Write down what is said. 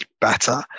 better